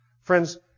Friends